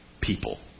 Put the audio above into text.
people